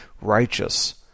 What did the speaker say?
righteous